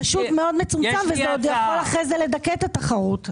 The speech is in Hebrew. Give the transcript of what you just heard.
זה פשוט מאוד מצומצם זה עוד יכול אחרי זה לדכא את התחרות.